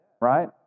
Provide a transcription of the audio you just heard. right